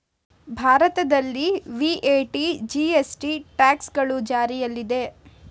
ಭಾರತದಲ್ಲಿ V A T, G S T, tracks ಗಳು ಜಾರಿಯಲ್ಲಿದೆ